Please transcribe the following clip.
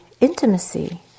intimacy